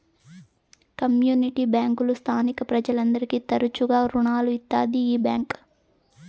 community బ్యాంకులు స్థానిక ప్రజలందరికీ తరచుగా రుణాలు ఇత్తాది ఈ బ్యాంక్